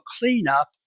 cleanup